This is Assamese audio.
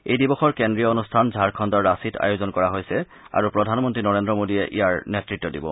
এই দিৱসৰ কেন্দ্ৰীয় অনুষ্ঠান ঝাৰখণুৰ ৰাঁচিত আয়োজন কৰা হৈছে আৰু প্ৰধানমন্ত্ৰী নৰেন্দ্ৰ মোদীয়ে ইয়াৰ নেত্ৰত্ব দিব